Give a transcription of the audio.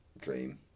dream